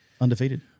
undefeated